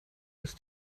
ist